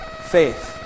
Faith